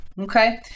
Okay